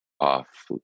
off